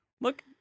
look